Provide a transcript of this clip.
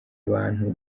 abantu